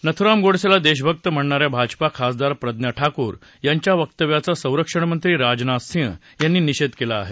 नथूराम गोडसेला देशभक्त म्हणणाऱ्या भाजपा खासदार प्रज्ञा ठाकूर यांच्या वक्तव्याचां संरक्षण मंत्री राजनाथ सिंग यांनी निषेध केला आहे